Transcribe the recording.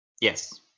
Yes